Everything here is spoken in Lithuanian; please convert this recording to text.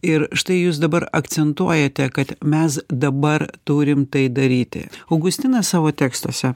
ir štai jūs dabar akcentuojate kad mes dabar turim tai daryti augustinas savo tekstuose